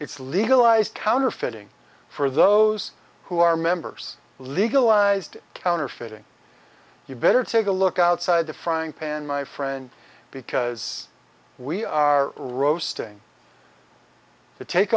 it's legalized counterfeiting for those who are members legalized counterfeiting you'd better take a look outside the frying pan my friend because we are roasting t